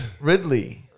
Ridley